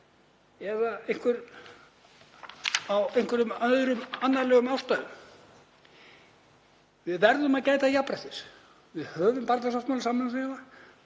eða af einhverjum öðrum annarlegum ástæðum. Við verðum að gæta jafnræðis. Við höfum barnasáttmála Sameinuðu